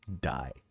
die